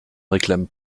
réclame